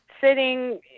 sitting